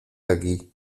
aquí